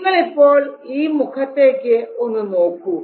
നിങ്ങൾ ഇപ്പോൾ ഈ മുഖത്തേക്ക് ഒന്ന് നോക്കൂ